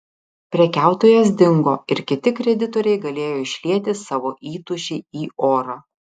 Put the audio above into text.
prekiautojas dingo ir kiti kreditoriai galėjo išlieti savo įtūžį į orą